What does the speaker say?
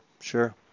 sure